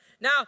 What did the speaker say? Now